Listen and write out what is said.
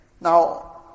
Now